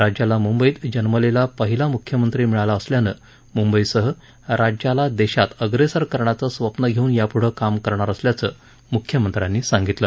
राज्याला म्ंबईत जन्मलेला पहिला मुख्यमंत्री मिळाला असल्यानं मुंबईसह राज्याला देशात अग्रेसर करण्याचं स्वप्न घेऊन याप्ढे काम करणार असल्याचं म्ख्यमंत्र्यांनी सांगितलं